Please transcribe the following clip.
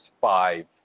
five